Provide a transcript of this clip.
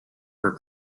her